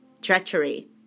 treachery